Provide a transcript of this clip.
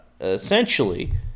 essentially